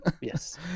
Yes